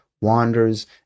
wanders